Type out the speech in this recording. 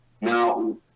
Now